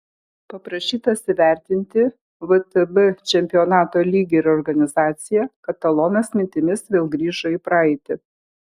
paprašytas įvertinti vtb čempionato lygį ir organizaciją katalonas mintimis vėl grįžo į praeitį